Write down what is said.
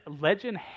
legend